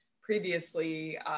previously